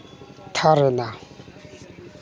third ᱮᱱᱟ